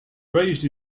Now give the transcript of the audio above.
raised